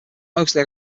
mostly